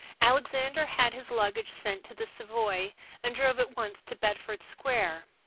alexander had his luggage sent to the savoy and drove at once to bedford square.